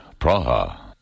Praha